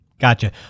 Gotcha